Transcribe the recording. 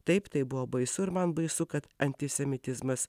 taip tai buvo baisu ir man baisu kad antisemitizmas